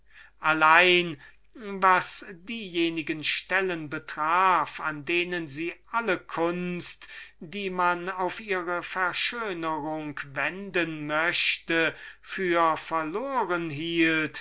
allein was diejenigen stellen betraf an denen sie alle kunst die man auf ihre verschönerung wenden möchte für verloren hielt